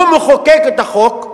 הוא מחוקק את החוק,